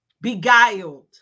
beguiled